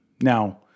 Now